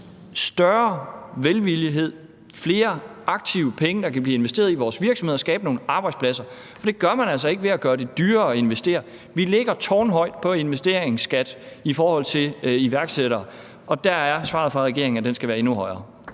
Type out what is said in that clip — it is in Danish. større velvillighed, flere aktive penge, der kan blive investeret i vores virksomheder og skabe nogle arbejdspladser, og det gør man altså ikke ved at gøre det dyrere at investere. Vi ligger på et tårnhøjt niveau, når det gælder investeringsskat på iværksættere, og der er svaret fra regeringen, at den skal være endnu højere.